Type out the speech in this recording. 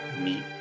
Meet